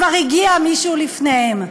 כבר הגיע מישהו לפניהם?